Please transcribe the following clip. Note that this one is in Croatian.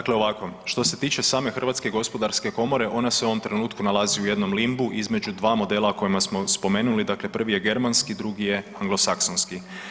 Dakle ovako, što se tiče same Hrvatske gospodarske komore ona se u ovom trenutku nalazi u jednom limbu između dva modela o kojima smo spomenuli, dakle prvi je germanski, drugi je anglosaksonski.